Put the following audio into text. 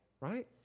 Right